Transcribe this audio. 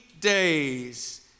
days